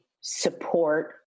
support